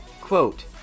Quote